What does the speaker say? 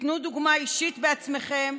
תיתנו דוגמה אישית בעצמכם,